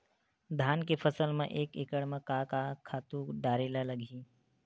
धान के फसल म एक एकड़ म का का खातु डारेल लगही?